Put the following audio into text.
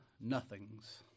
Nothings